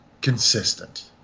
consistent